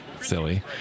silly